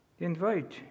Invite